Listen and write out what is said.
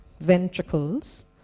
ventricles